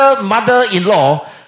mother-in-law